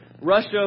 Russia